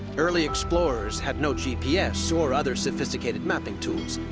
early explorers had no gps or other sophisticated mapping tools.